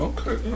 Okay